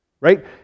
Right